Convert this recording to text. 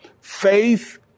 faith